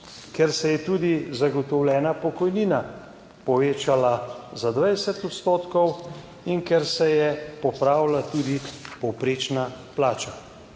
Ker se je tudi zagotovljena pokojnina povečala za 20 odstotkov in ker se je popravila tudi povprečna plača.